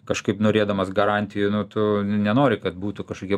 kažkaip norėdamas garantijų nu tu nenori kad būtų kažkokie